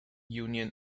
union